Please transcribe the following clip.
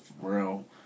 real